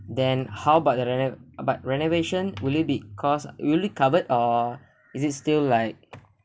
then how about the renova~ but renovation will it be cost will it covered or is it still like